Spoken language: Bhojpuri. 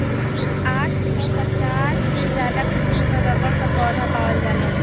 आठ सौ पचास से ज्यादा किसिम क रबर क पौधा पावल जाला